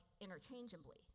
interchangeably